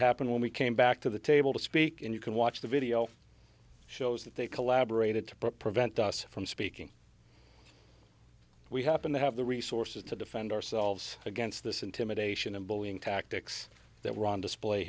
happened when we came back to the table to speak and you can watch the video shows that they collaborated to prevent us from speaking we happen to have the resources to defend ourselves against this intimidation and bullying tactics that were on display